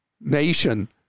nation